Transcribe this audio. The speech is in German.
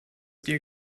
dir